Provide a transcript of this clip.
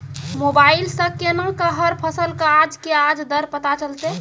Mobile सऽ केना कऽ हर फसल कऽ आज के आज दर पता चलतै?